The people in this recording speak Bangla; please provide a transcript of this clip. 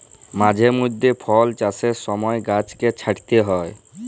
মাঝে মইধ্যে ফল চাষের ছময় গাহাচকে ছাঁইটতে হ্যয়